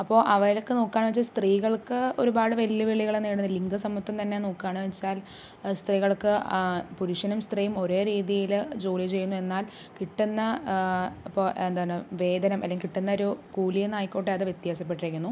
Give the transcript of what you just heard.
അപ്പോൾ അവിടെയൊക്കെ നോക്കുകയാണെന്ന് വെച്ചാൽ സ്ത്രീകൾക്ക് ഒരുപാട് വെല്ലുവിളികൾ നേരിടുന്നുണ്ട് ലിങ്ക സമത്ത്വം തന്നെ നോക്കുകയാണ് വെച്ചാൽ സ്ത്രീകൾക്ക് പുരുഷനും സ്ത്രീയും ഒരേ രീതിയിൽ ജോലി ചെയ്യുന്നു എന്നാൽ കിട്ടുന്ന ഇപ്പോൾ എന്താണ് വേതനം അല്ലെങ്കിൽ കിട്ടുന്ന ഒരു കൂലിയെന്നായിക്കോട്ടെ അത് വ്യത്യാസപ്പെട്ടിരിക്കുന്നു